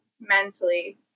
mentally